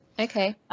Okay